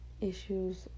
issues